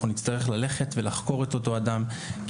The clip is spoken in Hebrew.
אנחנו נצטרך ללכת ולחקור את אותו אדם,